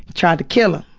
tried to kill him.